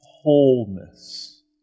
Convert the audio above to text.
Wholeness